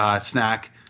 snack